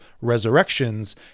resurrections